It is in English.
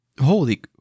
Holy